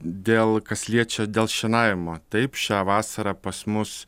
dėl kas liečia dėl šienavimo taip šią vasarą pas mus